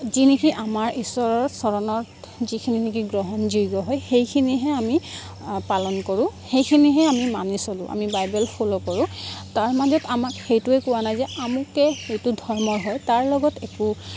যি নিকি আমাৰ ঈশ্বৰৰ চৰণত যিখিনি নিকি গ্ৰহণযোগ্য হয় সেইখিনিহে আমি পালন কৰোঁ সেইখিনিহে আমি চলো আমি বাইবেল ফ'লো কৰোঁ তাৰমাজত আমাক সেইটোৱে কোৱা নাই যে আমুকে সেইটো ধৰ্ম হয় তাৰ লগত একো